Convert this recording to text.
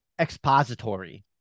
Expository